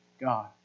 God